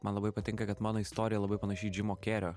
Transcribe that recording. man labai patinka kad mano istorija labai panaši į džimo kerio